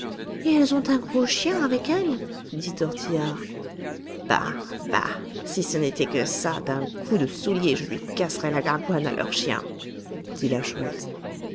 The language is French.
et elles ont un gros chien avec elles dit tortillard bah bah si ce n'était que ça d'un coup de soulier je lui casserai la gargoine à leur chien dit la chouette